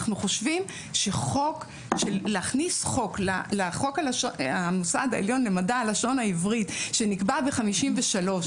אנחנו חושבים שלהכניס חוק למוסד העליון למדע הלשון העברית שנקבע ב-53'